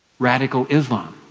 radical islam.